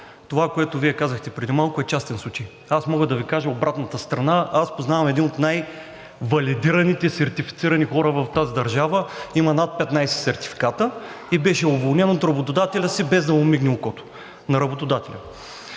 това, което Вие казахте преди малко, е частен случай. Аз мога да Ви кажа обратната страна. Аз познавам един от най-валидираните, сертифицирани хора в тази държава – има над 15 сертификата, и беше уволнен от работодателя си, без да му мигне окото – на работодателя,